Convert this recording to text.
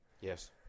yes